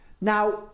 now